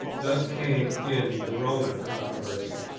thus came in the roman controversy.